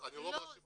אני לא מאשים אתכם.